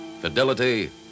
fidelity